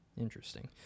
Interesting